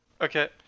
Okay